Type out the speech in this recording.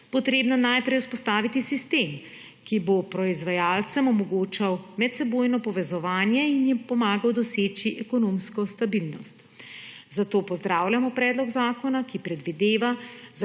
potrebno najprej vzpostaviti sistem, ki bo proizvajalcem omogočal medsebojno povezovanje in jim pomagal doseči ekonomsko stabilnost, zato pozdravljamo predlog zakona, ki predvideva zagotavljanje